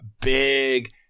big